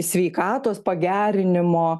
sveikatos pagerinimo